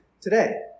today